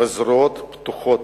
בזרועות פתוחות.